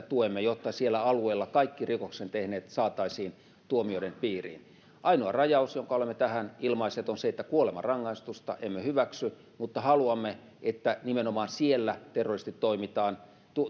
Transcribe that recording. tuemme jotta siellä alueella kaikki rikoksen tehneet saataisiin tuomioiden piiriin ainoa rajaus jonka olemme tähän ilmaisseet on se että kuolemanrangaistusta emme hyväksy mutta haluamme että nimenomaan siellä terroristit